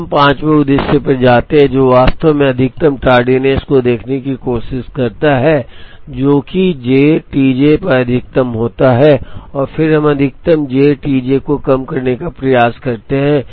तो हम पांचवें उद्देश्य पर जाते हैं जो वास्तव में अधिकतम tardiness को देखने की कोशिश करता है जो कि j T j पर अधिकतम होता है और फिर हम अधिकतम j T j को कम करने का प्रयास करते हैं